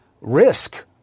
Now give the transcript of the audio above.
risk